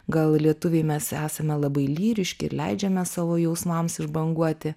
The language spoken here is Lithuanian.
gal lietuviai mes esame labai lyriški ir leidžiame savo jausmams išbanguoti